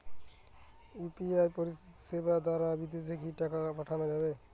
UPI পরিষেবা দারা বিদেশে কি টাকা পাঠানো যাবে?